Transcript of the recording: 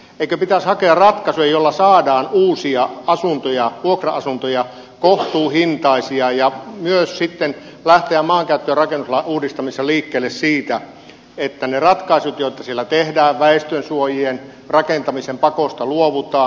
eikö pitäisi hakea ratkaisua jolla saadaan uusia kohtuuhintaisia vuokra asuntoja ja myös sitten lähteä maankäyttö ja rakennuslain uudistamisessa liikkeelle siitä että niistä ratkaisuista joita siellä tehdään väestönsuojien rakentamisen pakosta luovutaan